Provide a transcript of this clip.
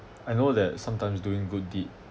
I know that sometimes doing good deed